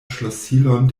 ŝlosilon